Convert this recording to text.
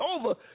over